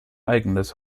eigenes